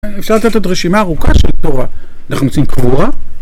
אפשר לתת עוד רשימה ארוכה של תורה אנחנו נמצאים קבורה